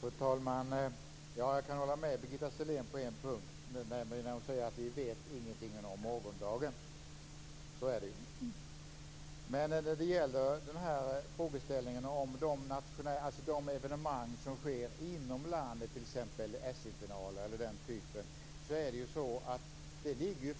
Fru talman! Jag kan hålla med Birgitta Sellén på en punkt, nämligen när hon säger att vi inte vet någonting om morgondagen. Så är det ju. När det gäller frågeställningen om de evenemang som sker inom landet, t.ex. SM-finaler, är det så att det ligger